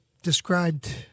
described